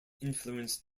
influenced